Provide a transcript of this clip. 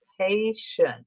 patient